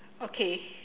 okay